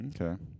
Okay